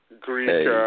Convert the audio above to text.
Greek